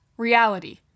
reality